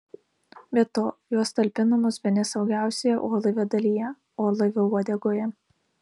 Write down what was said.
be to jos talpinamos bene saugiausioje orlaivio dalyje orlaivio uodegoje